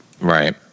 Right